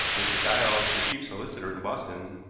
mr. giles, the chief solicitor in boston,